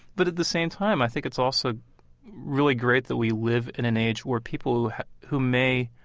but at the same time, i think it's also really great that we live in an age where people who may,